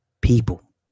people